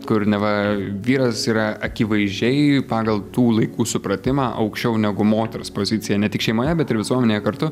kur neva vyras yra akivaizdžiai pagal tų laikų supratimą aukščiau negu moters pozicija ne tik šeimoje bet ir visuomenėje kartu